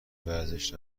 ورزش